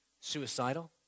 Suicidal